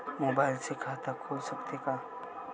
Mobile से खाता खुल सकथे का?